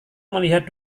melihat